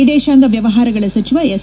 ವಿದೇಶಾಂಗ ವ್ನವಹಾರಗಳ ಸಚಿವ ಎಸ್